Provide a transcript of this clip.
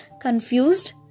confused